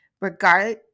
regard